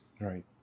Right